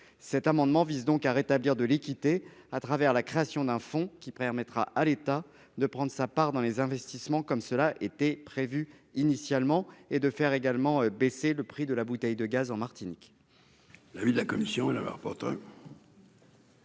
Cet amendement vise donc à rétablir de l'équité au travers de la création d'un fonds qui permettra à l'État de prendre sa part dans les investissements, comme cela était prévu initialement, et de faire baisser d'autant le prix de la bouteille de gaz. Quel est l'avis de la commission ? La commission